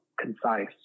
concise